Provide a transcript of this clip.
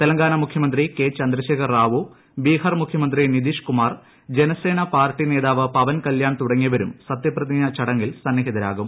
തെലങ്കാന മുഖ്യമന്ത്രി കെ ചുന്ദ്ര്ശേഖർ റാവു ബീഹാർ മുഖ്യമന്ത്രി നിതീഷ് കുമാർ ജനസേന്റ് ട്ടാർട്ടി നേതാവ് പവൻ കല്യാൺ തുടങ്ങിയവരും സത്യപ്രതിജ്ഞാ ചടങ്ങിൽ സന്നിഹിതരാകും